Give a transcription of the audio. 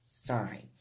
sign